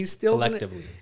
collectively